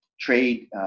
trade